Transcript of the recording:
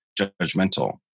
judgmental